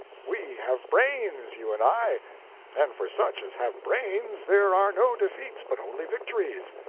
we have brains, you and i and for such as have brains there are no defeats, but only victories.